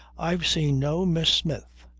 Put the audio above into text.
i've seen no miss smith.